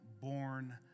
born